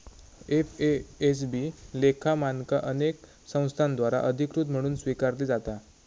FASB लेखा मानका अनेक संस्थांद्वारा अधिकृत म्हणून स्वीकारली जाता